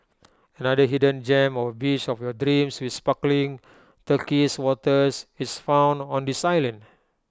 another hidden gem of A beach of your dreams with sparkling turquoise waters is found on this island